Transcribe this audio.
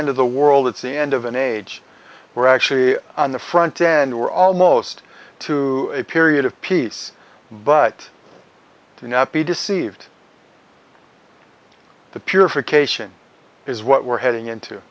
end of the world it's the end of an age we're actually on the front end we're almost to a period of peace but to be deceived the purification is what we're heading into